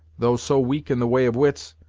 though so weak in the way of wits,